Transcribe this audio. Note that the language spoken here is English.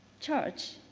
church.